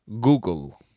Google